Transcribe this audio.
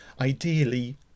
ideally